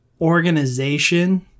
organization